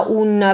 un